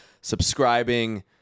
Subscribing